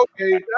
okay